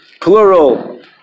plural